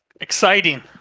exciting